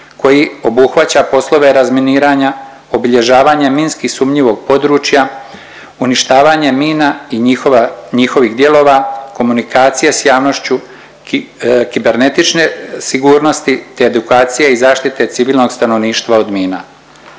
koji obuhvaća poslove razminiranja, obilježavanje minski sumnjivog područja, uništavanje mina i njihova, njihovih dijelova, komunikacije s javnošću, kibernetične sigurnosti te edukacije i zaštite civilnog stanovništva od mina.